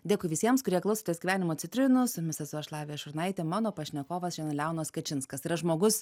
dėkui visiems kurie klausotės gyvenimo citrinų su jumis esu aš lavija šurnaitė mano pašnekovas šiandien leonas kačinskas yra žmogus